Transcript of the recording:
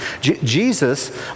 Jesus